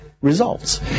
results